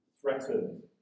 threatened